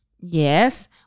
yes